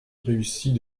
réussis